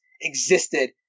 existed